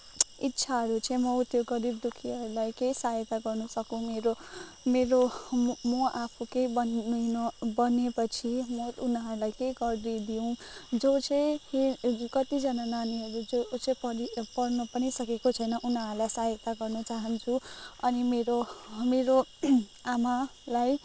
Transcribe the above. इच्छाहरू चाहिँ म ऊ त्यो गरिब दुःखीहरूलाई केही सहायता गर्न सकौँ मेरो मेरो म आफू केही बनिनु बनिएपछि म उनीहरूलाई केही गरिदिऊँ जो चाहिँ कतिजना नानीहरू जो चाहिँ पढ्नु पनि सकेको छैन उनीहरूलाई सहायता गर्न चाहन्छु अनि मेरो मेरो आमालाई